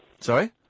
Sorry